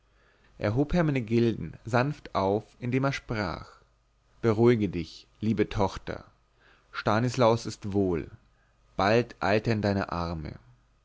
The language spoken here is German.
er hob hermenegilden sanft auf indem er sprach beruhige dich liebe tochter stanislaus ist wohl bald eilt er in deine arme